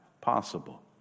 possible